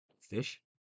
Fish